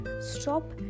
stop